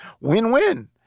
win-win